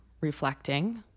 reflecting